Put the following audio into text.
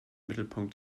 mittelpunkt